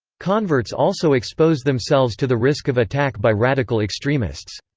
converts also expose themselves to the risk of attack by radical extremists.